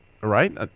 right